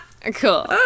Cool